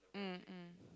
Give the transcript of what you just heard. mm mm